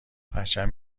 پرچم